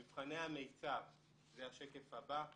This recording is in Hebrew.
(שקף: מבחני המיצ"ב- אקלים בית הספר במגמה רב שנתית